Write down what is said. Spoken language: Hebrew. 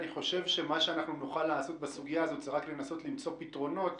אני חושב שמה שנוכל בסוגיה הזאת זה רק לנסות למצוא פתרונות,